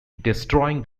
destroying